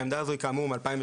העמדה הזו היא כאמור מ-2013,